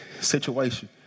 situation